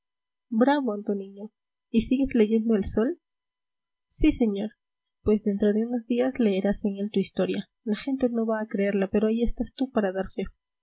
bravo antoniño y sigues leyendo el sol sí señor pues dentro de unos días leerás en él tu historia la gente no va a creerla pero ahí estás tú para dar fe